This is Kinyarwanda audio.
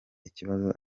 ikibazo